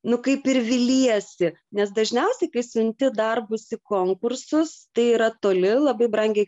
nu kaip ir viliesi nes dažniausiai kai siunti darbus į konkursus tai yra toli labai brangiai